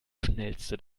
schnellste